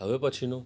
હવે પછીનું